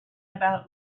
about